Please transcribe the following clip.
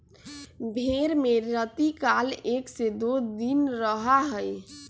भेंड़ में रतिकाल एक से दो दिन रहा हई